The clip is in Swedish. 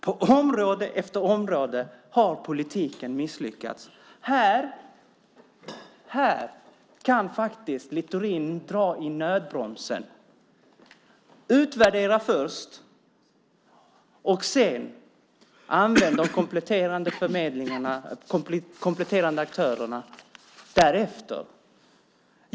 På område efter område har politiken misslyckats. Här kan Littorin faktiskt dra i nödbromsen. Utvärdera först och använd därefter de kompletterande aktörerna!